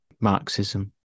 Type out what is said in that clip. Marxism